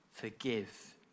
forgive